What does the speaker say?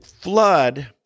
flood